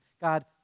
God